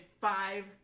five